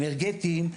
אנרגטיים,